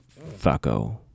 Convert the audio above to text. fucko